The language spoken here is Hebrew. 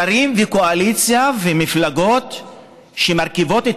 שרים וקואליציה ומפלגות שמרכיבות את